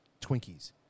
Twinkies